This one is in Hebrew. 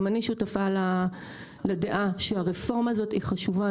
גם אני שותפה לדעה שהרפורמה הזאת חשובה.